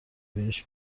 بهشت